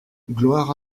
gloire